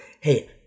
Hey